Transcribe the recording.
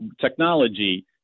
technology